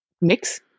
mix